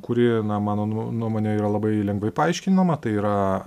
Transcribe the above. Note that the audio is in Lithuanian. kuri na mano nuo nuomone yra labai lengvai paaiškinama tai yra